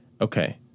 Okay